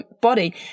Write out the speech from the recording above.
body